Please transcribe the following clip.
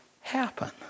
happen